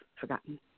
forgotten